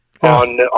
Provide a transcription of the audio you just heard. on